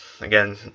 Again